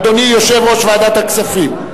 אדוני, יושב-ראש ועדת הכספים,